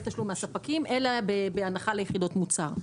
תשלום מהספקים אלא בהנחה ליחידות מוצר.